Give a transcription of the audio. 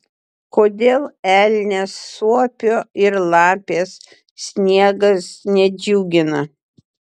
kodėl elnės suopio ir lapės sniegas nedžiugina